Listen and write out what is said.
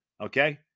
okay